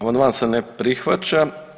Amandman se ne prihvaća.